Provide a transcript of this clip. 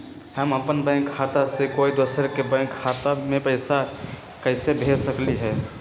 हम अपन बैंक खाता से कोई दोसर के बैंक खाता में पैसा कैसे भेज सकली ह?